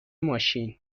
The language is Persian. ماشین